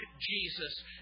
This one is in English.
Jesus